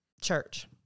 church